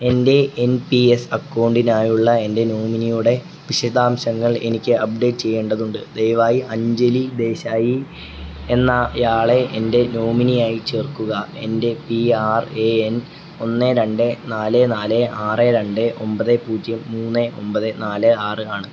എന്റെ N P S അക്കൗണ്ടിനായുള്ള എന്റെ നോമിനിയുടെ വിശദാംശങ്ങൾ എനിക്ക് അപ്ഡേറ്റ് ചെയ്യേണ്ടതുണ്ട് ദയവായി അഞ്ജലി ദേശായി എന്നയാളെ എന്റെ നോമിനിയായി ചേർക്കുക എന്റെ പി ആർ എ എൻ ഒന്ന് രണ്ട് നാല് നാല് ആറ് രണ്ട് ഒമ്പത് പൂജ്യം മൂന്ന് ഒമ്പത് നാല് ആറ് ആണ്